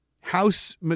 house